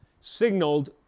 signaled